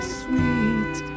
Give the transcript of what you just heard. sweet